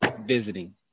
visiting